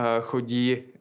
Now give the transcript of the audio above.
chodí